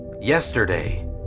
Yesterday